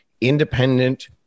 independent